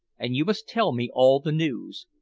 and you must tell me all the news.